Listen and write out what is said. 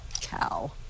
cow